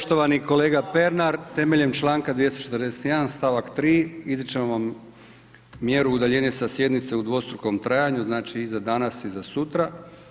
Kolega Pernar, temeljem članka 241. stavak 3. izričem vam mjeru udaljenje sa sjednice u dvostrukom trajanju, znači i za danas i za sutra.